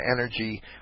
energy